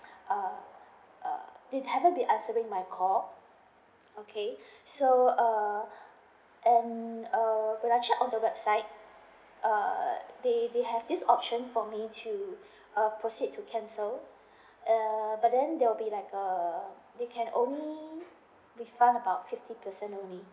uh uh they haven't been answering my call okay so err and err but I checked on the website uh they they have this option for me to uh proceed to cancel uh but then there will be like a they can only refund about fifty percent only